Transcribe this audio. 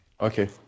Okay